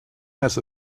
has